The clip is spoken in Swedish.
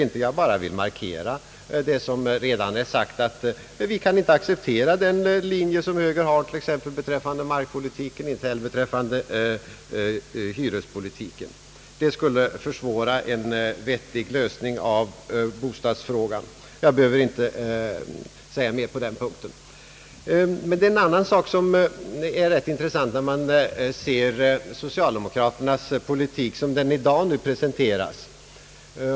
Jag vill bara markera det som redan är sagt, att vi inte kan acceptera högerns linje t.ex. beträffande markpolitiken och inte heller när det gäller hyrespolitiken — det skulle försvåra en vettig lösning av bostadsfrågan. Jag behöver inte säga mer på den punkten. Men det är en annan sak som ter sig rätt intressant när man ser socialdemokraternas politik, så som den i dag presenteras.